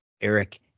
Eric